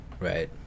Right